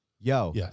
Yo